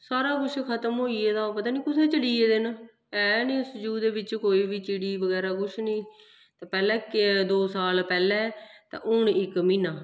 सारा कुछ खतम होई गेदा हा पता निं कु'त्थें चली गेदे न है नी उस ज़ू ते बिच्च कोई बी चिड़ी बगैरा कुछ निं ते पैह्लें दो साल पैह्लें ते हून इक म्हीना